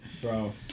Bro